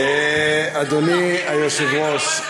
אדוני היושב-ראש,